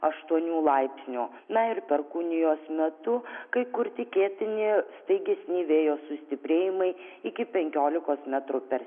aštuonių laipsnių na ir perkūnijos metu kai kur tikėtini staigesni vėjo stiprėjimai iki penkiolikos metrų per